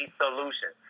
solution